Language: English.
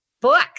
book